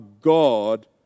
God